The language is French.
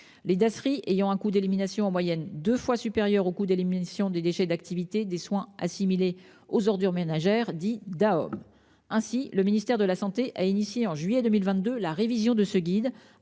Les Dasri ayant un coût d'élimination en moyenne 2 fois supérieur au coût de l'émission des déchets d'activités des soins assimilés aux ordures ménagères dit down ainsi le ministère de la Santé a initié en juillet 2022, la révision de ce guide